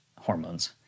hormones